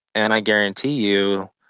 and i guarantee you,